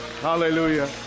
Hallelujah